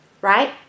right